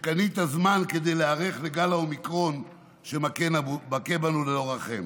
שקנית זמן כדי להיערך לגל האומיקרון שמכה בנו ללא רחם.